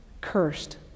cursed